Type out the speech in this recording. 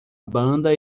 banda